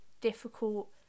difficult